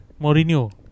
Mourinho